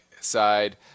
side